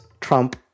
trump